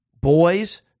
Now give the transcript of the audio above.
boys